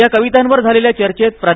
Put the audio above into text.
या कवितांवर झालेल्या चर्चेत प्रा